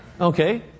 Okay